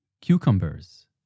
cucumbers